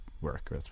work